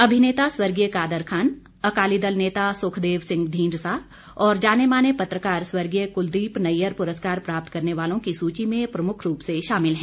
अभिनेता स्वर्गीय कादर खान अकाली दल नेता सुखदेव सिंह ढींढसा और जाने माने पत्रकार स्वर्गीय कुलदीप नैय्यर पुरस्कार प्राप्त करने वालों की सूची में प्रमुख रूप से शामिल हैं